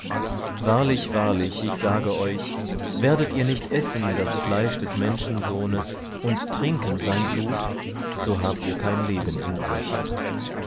wahrlich wahrlich ich sage euch werdet ihr nicht essen das fleisch des menschensohnes und trinken sein blut so habt ihr kein leben in euch